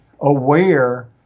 aware